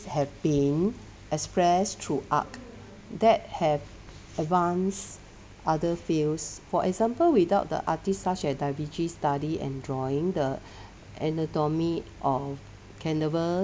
have been expressed through art that have advanced other fields for example without the artists such as da vinci study and drawing the anatomy of carnivores